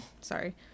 sorry